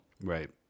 Right